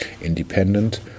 independent